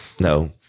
No